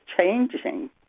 changing